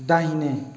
दाहिने